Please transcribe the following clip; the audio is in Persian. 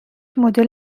مدل